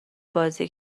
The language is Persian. بازی